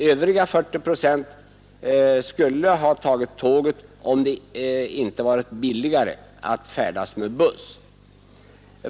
Övriga 40 procent skulle ha tagit tåget om det inte varit billigare att färdas med buss.